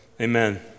Amen